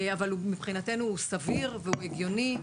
אבל מבחינתנו הוא סביר והגיוני,